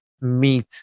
meet